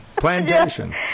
Plantation